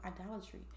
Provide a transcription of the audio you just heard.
idolatry